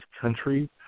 country